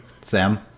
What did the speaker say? sam